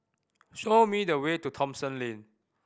show me the way to Thomson Lane